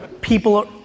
People